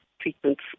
treatments